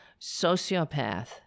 sociopath